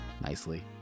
nicely